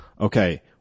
okay